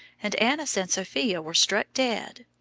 and annas and sophia were struck dead.